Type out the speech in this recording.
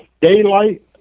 daylight